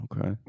Okay